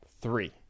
Three